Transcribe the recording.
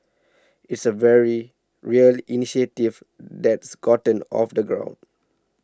it's a very real initiative that's gotten off the ground